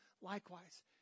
likewise